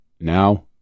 now